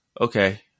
okay